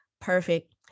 Perfect